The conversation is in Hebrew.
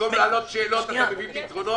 במקום לענות על שאלות אתה מביא פתרונות?